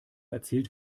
erzählt